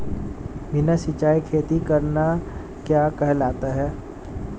बिना सिंचाई खेती करना क्या कहलाता है?